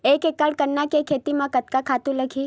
एक एकड़ गन्ना के खेती म कतका खातु लगही?